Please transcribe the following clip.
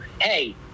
hey